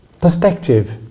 perspective